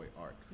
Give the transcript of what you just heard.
art